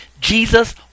Jesus